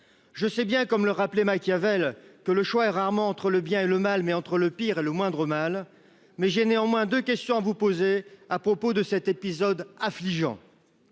Je sais bien, comme le rappelait Machiavel que le choix est rarement entre le bien et le mal mais entre le pire et le moindre mal, mais j'ai néanmoins de questions à vous poser à propos de cet épisode affligeant.